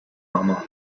humber